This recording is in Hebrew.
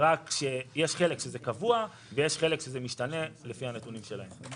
רק שיש חלק שזה קבוע ויש חלק שזה משתנה לפי הנתונים של היום.